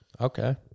Okay